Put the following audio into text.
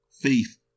Faith